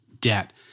debt